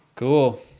Cool